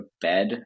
bed